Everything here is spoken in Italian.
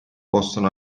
possono